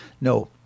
No